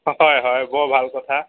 হয় হয় বৰ ভাল কথা